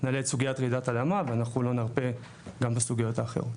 נעלה את סוגיית רעידת האדמה ואנחנו לא נרפה גם בסוגיות האחרות.